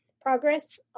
progress